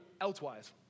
elsewise